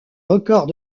records